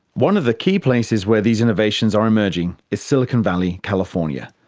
one of the key places where these innovations are emerging is silicon valley, california,